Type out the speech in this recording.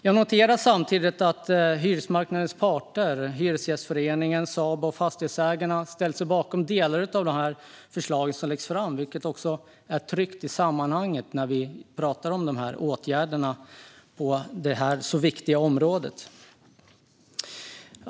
Jag noterar att hyresmarknadens parter - Hyresgästföreningen, Sabo och Fastighetsägarna - ställer sig bakom delar av de förslag som läggs fram, vilket är tryggt i sammanhanget när vi pratar om åtgärder på detta viktiga område.